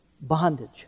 bondage